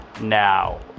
now